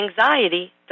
anxiety